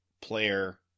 player